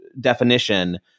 definition